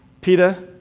Peter